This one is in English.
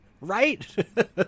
Right